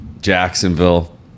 Jacksonville